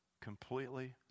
completely